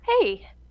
hey